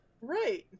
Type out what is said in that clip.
Right